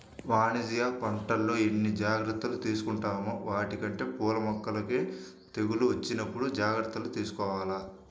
వాణిజ్య పంటల్లో ఎన్ని జాగర్తలు తీసుకుంటామో వాటికంటే పూల మొక్కలకి తెగుళ్ళు వచ్చినప్పుడు జాగర్తలు తీసుకోవాల